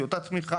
היא אותה תמיכה.